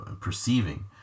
perceiving